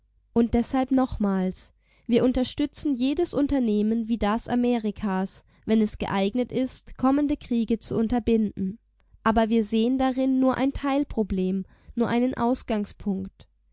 und deshalb nochmals wir unterstützen jedes unternehmen wie das amerikas wenn es geeignet ist kommende kriege zu unterbinden aber wir sehen darin nur ein teilproblem nur einen ausgangspunkt